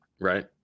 right